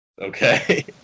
Okay